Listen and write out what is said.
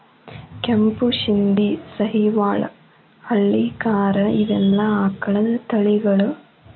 ಕೆಂಪು ಶಿಂದಿ, ಸಹಿವಾಲ್ ಹಳ್ಳಿಕಾರ ಇವೆಲ್ಲಾ ಆಕಳದ ತಳಿಗಳು